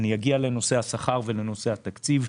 אני אגיע לנושא השכר ולנושא התקציב.